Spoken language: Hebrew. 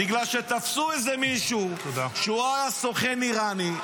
בגלל שתפסו איזה מישהו שהיה סוכן איראני,